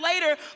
later